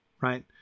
right